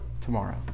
tomorrow